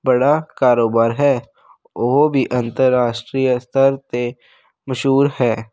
ਬੜਾ ਕਾਰੋਬਾਰ ਹੈ ਉਹ ਵੀ ਅੰਤਰਰਾਸ਼ਟਰੀ ਸਤਰ ਅਤੇ ਮਸ਼ਹੂਰ ਹੈ